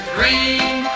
Green